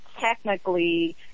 technically